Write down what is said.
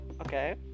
Okay